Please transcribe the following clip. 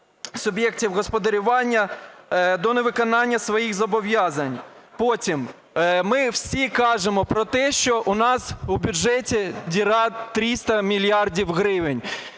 суб'єктів господарювання до невиконання своїх зобов'язань. Потім, ми всі кажемо про те, що у нас у бюджеті діра 300 мільярдів гривень,